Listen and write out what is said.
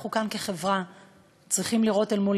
אנחנו כאן כחברה צריכים לראות אל מול